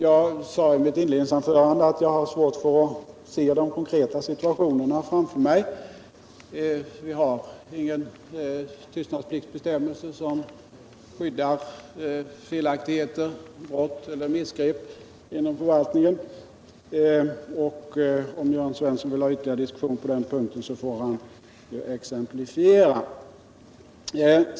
Jag sade i mitt inledningsanförande att jag har svårt för att se de konkreta situationerna framför mig, eftersom vi inte har någon tystnadspliktsbestämmelse som skyddar felaktigheter, brott eller missgrepp i förvaltningen. Om Jörn Svensson vill ha ytterligare diskussion på den punkten får han exemplifiera.